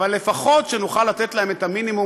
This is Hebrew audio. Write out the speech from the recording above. אבל לפחות שנוכל לתת להם את המינימום,